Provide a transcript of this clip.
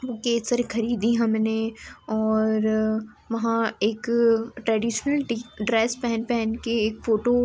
वो केसर खरीदी हमने और वहाँ एक ट्रेडिशनल ड्रेस पहन पहन कर एक फ़ोटो